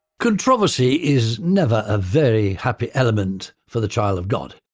controversy is never a very happy element for the child of god.